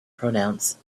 pronounce